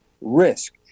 risk